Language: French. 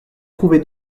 trouvé